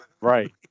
Right